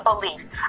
beliefs